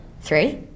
Three